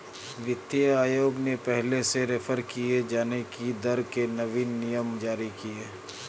वित्तीय आयोग ने पहले से रेफेर किये जाने की दर के नवीन नियम जारी किए